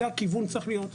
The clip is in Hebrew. זה הכיוון צריך להיות.